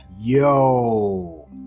Yo